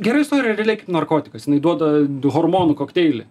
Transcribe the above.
gera istorija realiai kaip narkotikas jinai duoda hormonų kokteilį